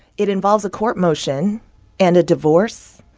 it involves a court motion and a divorce.